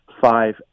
five